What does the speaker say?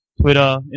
Twitter